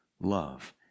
love